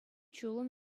ҫулӑм